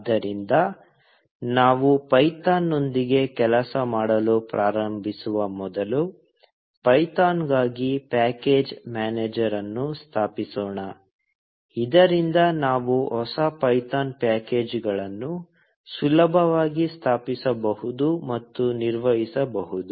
ಆದ್ದರಿಂದ ನಾವು ಪೈಥಾನ್ನೊಂದಿಗೆ ಕೆಲಸ ಮಾಡಲು ಪ್ರಾರಂಭಿಸುವ ಮೊದಲು ಪೈಥಾನ್ಗಾಗಿ ಪ್ಯಾಕೇಜ್ ಮ್ಯಾನೇಜರ್ ಅನ್ನು ಸ್ಥಾಪಿಸೋಣ ಇದರಿಂದ ನಾವು ಹೊಸ ಪೈಥಾನ್ ಪ್ಯಾಕೇಜ್ಗಳನ್ನು ಸುಲಭವಾಗಿ ಸ್ಥಾಪಿಸಬಹುದು ಮತ್ತು ನಿರ್ವಹಿಸಬಹುದು